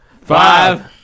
Five